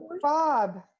Bob